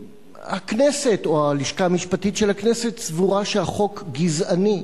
והכנסת או הלשכה המשפטית של הכנסת סבורה שהחוק גזעני,